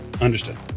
Understood